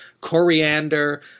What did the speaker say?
coriander